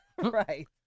Right